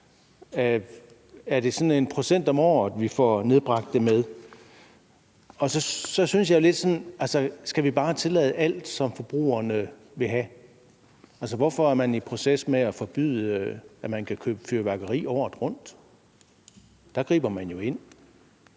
Er det sådan 1 pct. om året, vi får nedbragt det med? Og skal vi så bare tillade alt, som forbrugerne vil have? Hvorfor er man i proces med at forbyde, at man kan købe fyrværkeri året rundt? Der griber man jo ind.